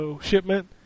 shipment